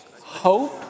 hope